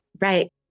Right